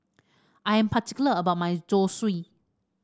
I am particular about my Zosui